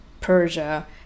Persia